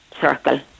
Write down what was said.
circle